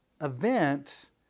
event